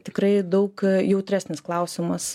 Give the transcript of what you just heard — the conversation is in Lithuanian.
tikrai daug jautresnis klausimas